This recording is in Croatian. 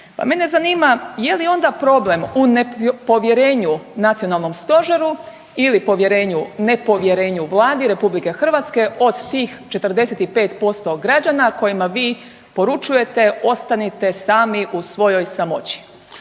Pa mene zanima je li onda problem u nepovjerenju nacionalnom stožeru ili povjerenju, nepovjerenju Vladi RH od tih 45% građana kojima vi poručujete ostanite sami u svojoj samoći?